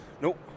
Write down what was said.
nope